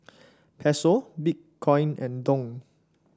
Peso Bitcoin and Dong